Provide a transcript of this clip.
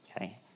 Okay